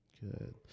Good